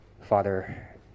Father